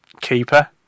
Keeper